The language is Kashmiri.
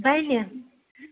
بنہِ